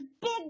big